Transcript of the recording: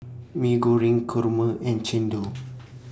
Mee Goreng Kurma and Chendol